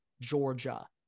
georgia